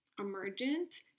emergent